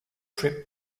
trip